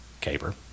Caper